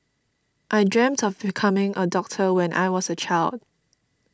I dreamt of becoming a doctor when I was a child